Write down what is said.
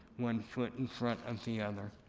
one foot in front of the other,